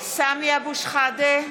סמי אבו שחאדה,